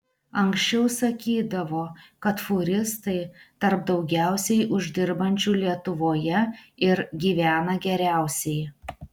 anksčiau sakydavo kad fūristai tarp daugiausiai uždirbančių lietuvoje ir gyvena geriausiai